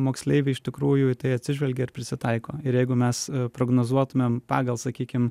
moksleiviai iš tikrųjų į tai atsižvelgia ir prisitaiko ir jeigu mes prognozuotumėm pagal sakykim